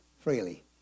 freely